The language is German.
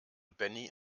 benny